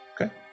Okay